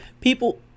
people